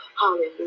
Hallelujah